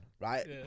right